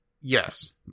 Yes